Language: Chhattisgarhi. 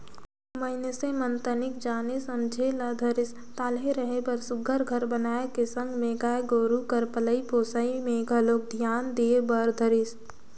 मइनसे मन तनिक जाने समझे ल धरिस ताहले रहें बर सुग्घर घर बनाए के संग में गाय गोरु कर पलई पोसई में घलोक धियान दे बर धरिस